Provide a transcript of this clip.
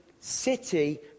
city